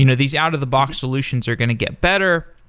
you know these out of the box solutions are going to get better.